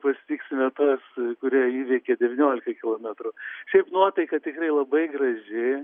pasitiksime tuos kurie įveikė devyniolika kilometrų šiaip nuotaika tikrai labai graži